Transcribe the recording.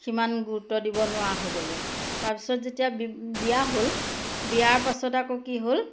সিমান গুৰুত্ব দিব নোৱাৰা হৈ গ'লো তাৰপিছত যেতিয়া বি বিয়া হ'ল বিয়াৰ পাছত আকৌ কি হ'ল